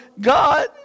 God